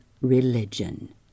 religion